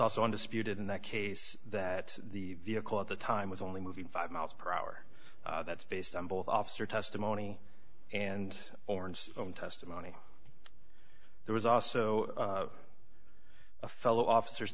also undisputed in that case that the vehicle at the time was only moving five miles per hour that's based on both officer testimony and orange own testimony there was also a fellow officers